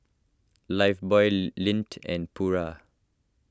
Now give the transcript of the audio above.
Lifebuoy Lindt and Pura